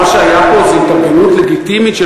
אבל מה שהיה פה זה התקוממות לגיטימית של